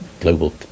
global